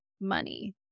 money